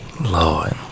lord